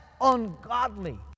ungodly